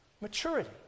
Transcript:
Maturity